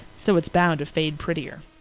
so it's bound to fade prettier.